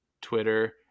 twitter